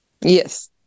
Yes